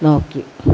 നോക്കി